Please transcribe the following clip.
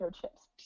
chips